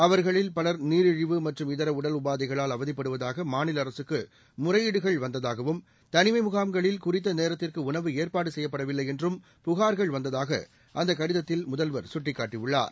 அவர்களில் பலர் நீரிழிவு மற்றும்இதர உடல் உபாதைகளால் அவதிப்படுவதாக மாநில அரசுக்கு முறையீடுகள் வந்ததாகவும் தனிமை முகாம்களில் குறித்த நேரத்திற்கு உணவு ஏற்பாடு செய்யப்படவில்லை என்றும் புகார்கள் வந்ததாக அந்த கடிதத்தில் முதல்வர் சுட்டிக்காட்டியுள்ளார்